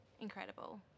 incredible